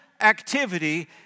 activity